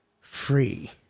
free